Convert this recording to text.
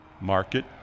Market